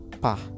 pa